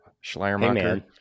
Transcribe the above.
Schleiermacher